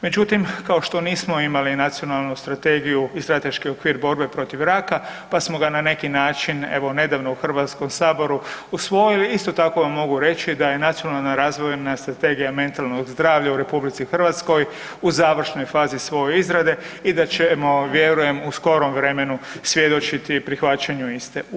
Međutim, kao što nismo imali nacionalnu strategiju i strateški okvir borbe protiv raka pa smo ga na neki način evo nedavno u Hrvatskom saboru usvojili isto tako vam mogu reći da je nacionalna razvojna strategija mentalnog zdravlja u RH u završnoj fazi svoje izrade i da ćemo vjerujem u skorom vremenu svjedočiti prihvaćanju iste u ovom domu.